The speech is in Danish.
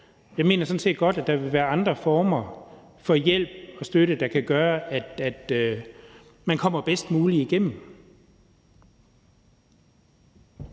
Jeg mener sådan set, at der godt kan være andre former for hjælp og støtte, der kan gøre, at man kommer bedst muligt igennem.